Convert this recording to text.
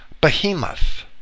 Behemoth